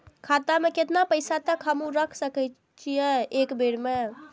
खाता में केतना पैसा तक हमू रख सकी छी एक बेर में?